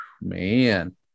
Man